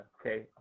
okay